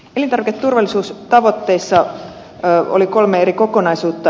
elintarviketurvallisuustavoitteissa oli kolme eri kokonaisuutta